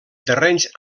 terrenys